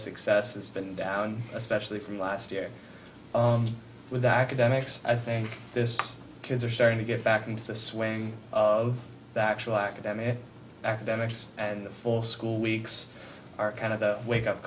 success has been down especially from last year with academics i think this kids are starting to get back into the swing of that actual academic academics and the full school weeks are kind of a wake up